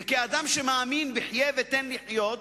וכאדם שמאמין ב"חיה ותן לחיות",